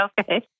Okay